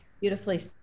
Beautifully